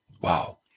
Wow